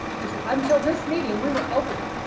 because until this meeting we were opening.